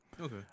Okay